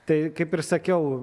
tai kaip ir sakiau